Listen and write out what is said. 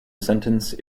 sentence